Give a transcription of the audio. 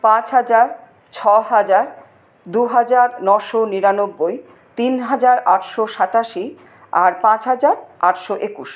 পাঁচ হাজার ছ হাজার দু হাজার নশো নিরানব্বই তিন হাজার আটশো সাতাশি আর পাঁচ হাজার আটশো একুশ